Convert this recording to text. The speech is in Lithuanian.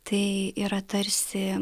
tai yra tarsi